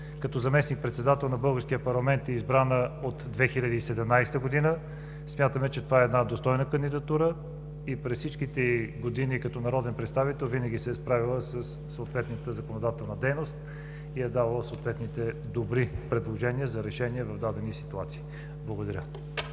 Като заместник-председател на българския парламент е избрана от 2017 г. Смятаме, че това е една достойна кандидатура. През всичките й години като народен представител винаги се е справяла със съответната законодателна дейност и е давала добри предложения за решения в дадени ситуации. Благодаря.